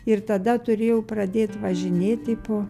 ir tada turėjau pradėt važinėti po